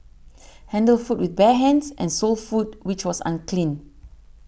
handled food with bare hands and sold food which was unclean